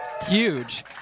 huge